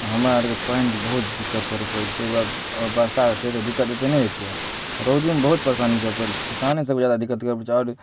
तऽ हमरा आओरके पानिके बहुत दिक्कत करऽ पड़ै छै ताहि दुआरे अऽ बरसा हेतै तऽ एतेक दिक्कत नहि हेतै रौदीमे बहुत परेशानी करऽ पड़ै छै किसानेसभके जादा दिक्कत करऽ पड़ै छै आओर